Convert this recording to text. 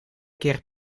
keer